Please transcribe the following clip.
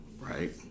right